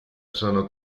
sono